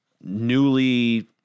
newly